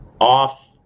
off